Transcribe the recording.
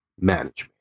management